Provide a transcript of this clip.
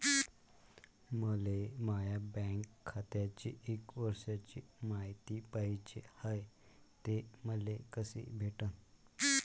मले माया बँक खात्याची एक वर्षाची मायती पाहिजे हाय, ते मले कसी भेटनं?